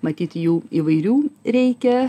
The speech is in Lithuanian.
matyt jų įvairių reikia